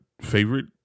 favorite